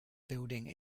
building